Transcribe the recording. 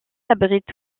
abrite